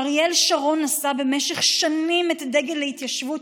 אריאל שרון נשא במשך שנים את דגל ההתיישבות